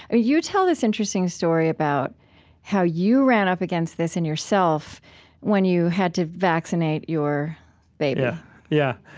ah you tell this interesting story about how you ran up against this in yourself when you had to vaccinate your baby yeah.